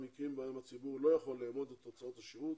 מקרים בהם הציבור לא יכול לאמוד את תוצאות השירות